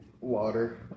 Water